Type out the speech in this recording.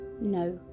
No